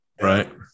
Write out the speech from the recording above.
Right